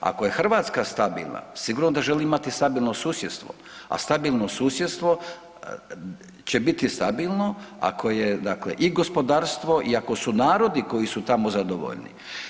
Ako je Hrvatska stabilna sigurno da želimo imati i stabilno susjedstvo, a stabilno susjedstvo će biti stabilno ako je dakle i gospodarstvo i ako su narodi koji su tamo zadovoljni.